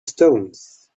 stones